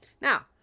Now